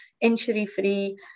injury-free